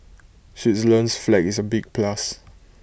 Switzerland's flag is A big plus